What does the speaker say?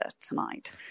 tonight